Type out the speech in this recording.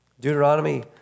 Deuteronomy